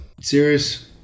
Serious